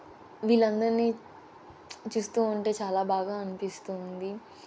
వీళ్ళందరిని చూస్తూ ఉంటే చాలా బాగా అనిపిస్తుంది